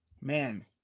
Man